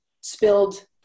spilled